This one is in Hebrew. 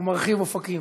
ומרחיב אופקים.